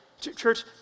Church